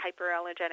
hyperallergenic